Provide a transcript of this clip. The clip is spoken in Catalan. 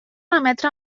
emetre